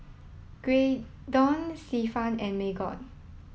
Graydon Stefan and Margot